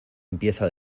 empieza